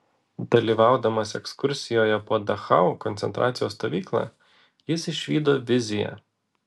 dalyvaudamas ekskursijoje po dachau koncentracijos stovyklą jis išvydo viziją